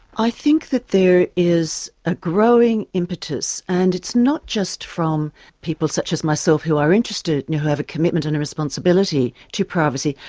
i think that there is a growing impetus, and it's not just from people such as myself who are interested and who have a commitment and a responsibility to privacy.